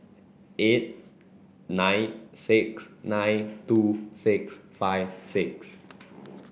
eight nine six nine two six five six